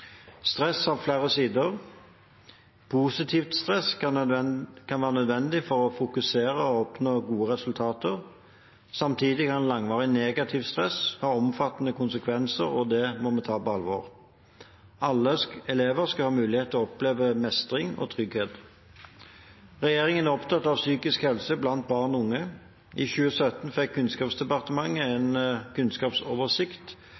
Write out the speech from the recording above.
Stress har flere sider. Positivt stress kan være nødvendig for å fokusere og oppnå gode resultater. Samtidig kan langvarig negativt stress ha omfattende konsekvenser, og det må vi ta på alvor. Alle elever skal ha mulighet til å oppleve mestring og trygghet. Regjeringen er opptatt av psykisk helse blant barn og unge. I 2017 fikk Kunnskapsdepartementet